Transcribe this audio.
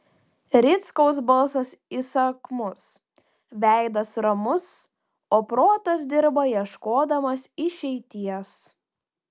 rickaus balsas įsakmus veidas ramus o protas dirba ieškodamas išeities